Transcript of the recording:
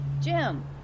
Jim